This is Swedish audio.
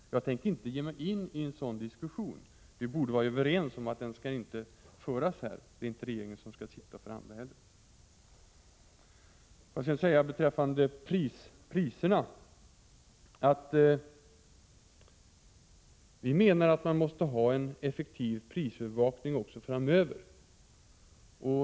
Jag kan inte ge mig in i sådan diskussion. Vi borde vara överens om att den diskussionen inte skall föras här. Det är inte heller regeringen som skall sitta och förhandla: Beträffande priserna menar vi att man också framöver måste ha en effektiv prisövervakning.